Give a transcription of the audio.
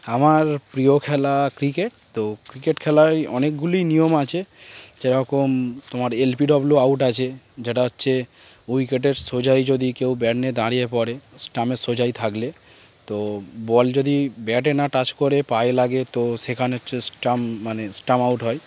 আমার প্রিয় খেলা ক্রিকেট তো ক্রিকেট খেলায় অনেকগুলি নিয়ম আছে যেরকম তোমার এলবিডব্লিউ আউট আছে যেটা হচ্ছে উইকেটের সোজাই যদি কেউ ব্যাট নিয়ে দাঁড়িয়ে পড়ে স্টাম্পের সোজাই থাকলে তো বল যদি ব্যাটে না টাচ করে পায়ে লাগে তো সেখানে হচ্ছে স্টাম্প মানে স্টাম্প আউট হয়